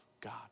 God